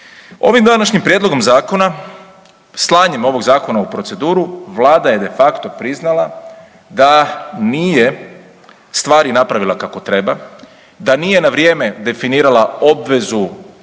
Ovim današnjim prijedlogom zakona, slanjem ovog zakona u proceduru vlada je de facto priznala da nije stvari napravila kako treba, da nije na vrijeme definirala obvezu